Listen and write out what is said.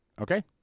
Okay